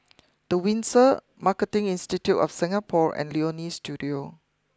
the Windsor Marketing Institute of Singapore and Leonie Studio